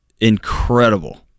incredible